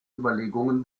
überlegungen